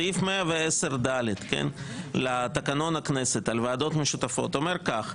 סעיף 110(ד) לתקנון הכנסת על ועדות משותפות אומר כך,